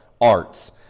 arts